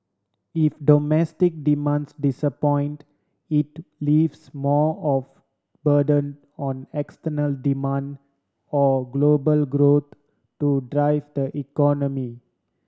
if domestic demands disappoint it leaves more of burden on external demand or global growth to drive the economy